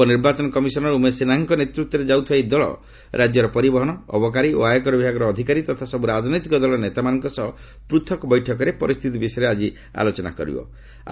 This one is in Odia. ଉପନିର୍ବାଚନ କମିଶନର ଉମେଶ ସିହ୍ନାଙ୍କ ନେତୃତ୍ୱରେ ଯାଉଥିବା ଏହି ଦଳ ରାଜ୍ୟର ପରିବହନ ଅବକାରୀ ଓ ଆୟକର ବିଭାଗର ଅଧିକାରୀ ତଥା ସବୁ ରାଜନୈତିକ ଦଳର ନେତାମାନଙ୍କ ସହ ପୂଥକ୍ ବୈଠକରେ ପରିସ୍ଥିତି ବିଷୟରେ ଆଜି ଆଲୋଚନା କରିବେ